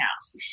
house